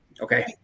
Okay